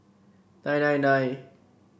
nine nine nine